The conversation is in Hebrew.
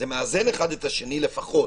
זה מאזן אחד את השני לפחות.